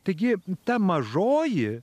taigi ta mažoji